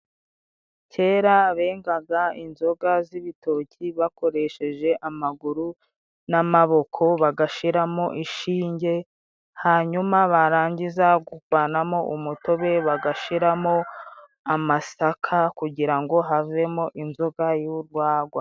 Kera, bengaga inzoga z'ibitoki bakoresheje amaguru n'amaboko, bagashiramo inshinge, hanyuma barangiza kuvanamo umutobe, bagashiramo amasaka kugira ngo havemo inzoga y’urwagwa.